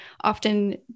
often